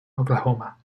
oklahoma